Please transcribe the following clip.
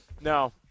No